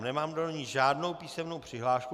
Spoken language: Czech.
Nemám do ní žádnou písemnou přihlášku.